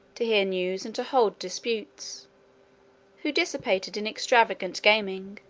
to hear news and to hold disputes who dissipated in extravagant gaming,